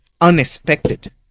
unexpected